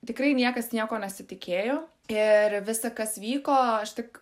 tikrai niekas nieko nesitikėjo ir visa kas vyko aš tik